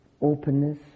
openness